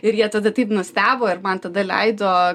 ir jie tada taip nustebo ir man tada leido